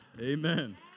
Amen